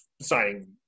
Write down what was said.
signing